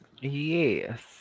Yes